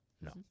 No